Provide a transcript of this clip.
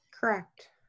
correct